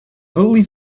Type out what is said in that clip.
holy